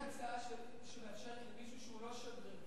הצעה שמאפשרת למישהו שהוא לא שגריר,